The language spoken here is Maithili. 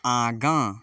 आगाँ